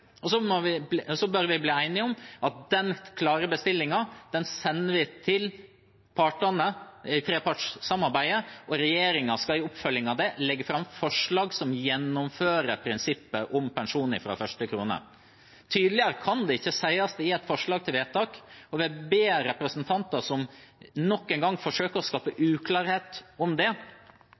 Så bør vi bli enige om at den klare bestillingen sender vi til partene i trepartssamarbeidet, og regjeringen skal i oppfølgingen av det legge fram forslag som gjennomfører prinsippet om pensjon fra første krone. Tydeligere kan det ikke sies i et forslag til vedtak. Jeg ber representanter som nok en gang forsøker å skape uklarhet om det